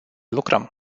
lucrăm